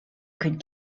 could